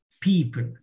people